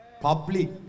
public